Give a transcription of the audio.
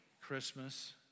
Christmas